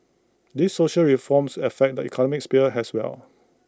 these social reforms affect the economic sphere as well